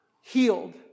healed